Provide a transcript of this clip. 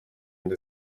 end